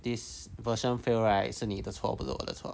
this version fail right 是你的错不是我的错